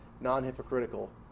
non-hypocritical